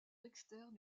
externe